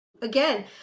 again